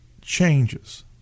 changes